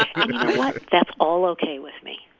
what? that's all ok with me.